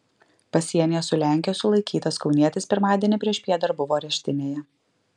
pasienyje su lenkija sulaikytas kaunietis pirmadienį priešpiet dar buvo areštinėje